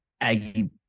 Aggie